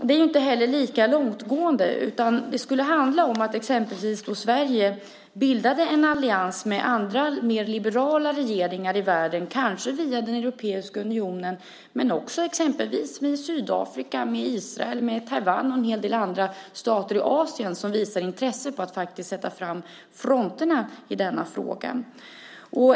Det är inte heller lika långtgående, utan det skulle handla om att exempelvis Sverige bildade en allians med andra mer liberala regeringar i världen, kanske via den europeiska unionen men också exempelvis med Sydafrika, Israel, Taiwan och en del stater i Asien som visar intresse för att faktiskt vara på fronten i denna fråga.